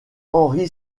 henri